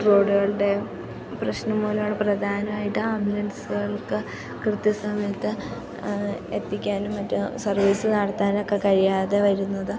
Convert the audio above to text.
റോഡുകളുടെ പ്രശ്നം മൂലമാണ് പ്രധാനമായിട്ട് ആംബുലൻസുകൾക്ക് കൃത്യ സമയത്ത് എത്തിക്കാനും മറ്റ് സർവീസ് നടത്താനുമൊക്കെ കഴിയാതെ വരുന്നത്